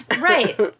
Right